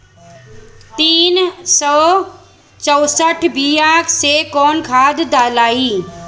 तीन सउ चउसठ बिया मे कौन खाद दलाई?